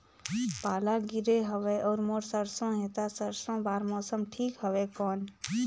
पाला गिरे हवय अउर मोर सरसो हे ता सरसो बार मौसम ठीक हवे कौन?